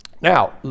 Now